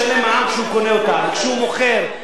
וכשהוא מוכר הוא פטור ממס שבח,